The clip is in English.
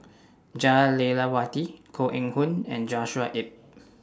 Jah Lelawati Koh Eng Hoon and Joshua Ip